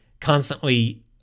constantly